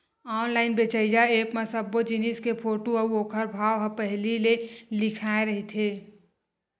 online बेचइया app म सब्बो जिनिस के फोटू अउ ओखर भाव ह पहिली ले लिखाए रहिथे